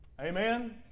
Amen